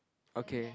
okay